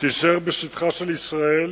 יישארו בשטחה של ישראל